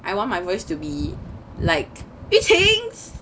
I want my voice to be like yu ting's